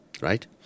Right